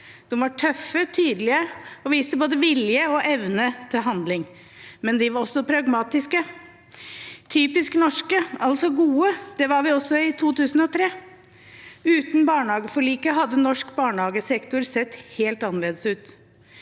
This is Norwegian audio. De var tøffe, tydelige og viste både vilje og evne til handling. Men de var også pragmatiske. Typisk norske, altså gode, var vi også i 2003. Uten barnehageforliket hadde norsk barnehagesektor sett helt annerledes ut.